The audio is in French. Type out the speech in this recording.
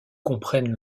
comprennent